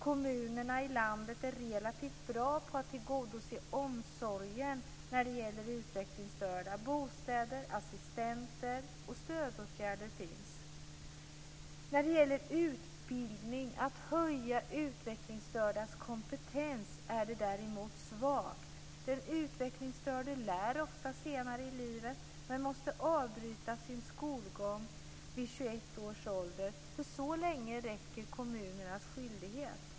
Kommunerna i landet är relativt bra på att tillgodose omsorgen när det gäller utvecklingsstörda. Bostäder, assistenter och stödåtgärder finns. När det gäller utbildning, att höja utvecklingsstördas kompetens, är det däremot svagt. Den utvecklingsstörde lär oftast senare i livet men måste avbryta sin skolgång vid 21 års ålder. Så länge räcker kommunernas skyldighet.